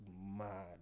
mad